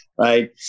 right